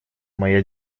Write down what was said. моя